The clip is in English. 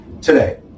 today